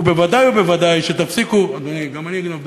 ובוודאי ובוודאי תפסיקו, אדוני, גם אני אגנוב דקה.